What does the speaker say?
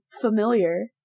familiar